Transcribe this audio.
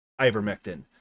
ivermectin